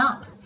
up